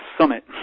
Summit